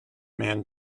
man